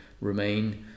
remain